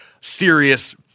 serious